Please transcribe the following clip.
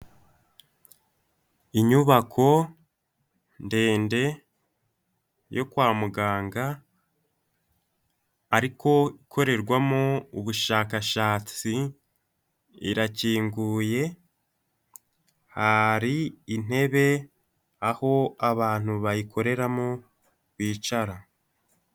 Inyubako ndende yo kwa muganga ariko ikorerwamo ubushakashatsi irakinguye hari intebe aho abantu bayikoreramo bicara .